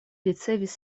ricevis